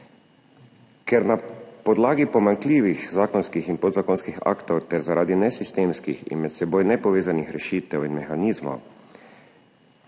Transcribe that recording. Ker na podlagi pomanjkljivih zakonskih in podzakonskih aktov ter zaradi nesistemskih in med seboj nepovezanih rešitev in mehanizmov